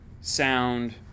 sound